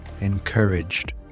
encouraged